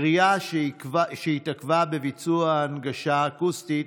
עירייה שהתעכבה בביצוע הנגשה אקוסטית